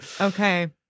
Okay